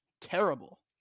terrible